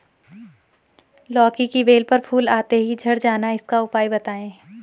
लौकी की बेल पर फूल आते ही झड़ जाना इसका उपाय बताएं?